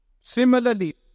Similarly